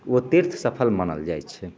ओ तीर्थ सफल मानल जाइ छै